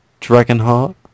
Dragonheart